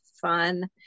fun